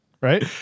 right